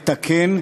ולתקן,